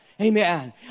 Amen